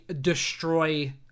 destroy